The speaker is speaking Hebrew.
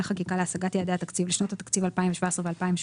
חקיקה להשגת יעדי התקציב לשנות התקציב 2017 ו-2018)